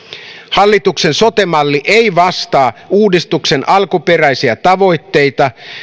hallituksen sote malli ei vastaa uudistuksen alkuperäisiä tavoitteita